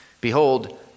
behold